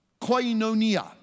koinonia